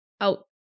out